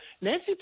Nancy